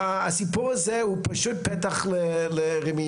והסיפור הזה הוא פשוט פתח לרמייה.